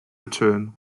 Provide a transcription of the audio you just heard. return